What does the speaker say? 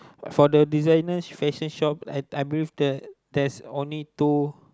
for the designer fashion shop i believe that there there's only two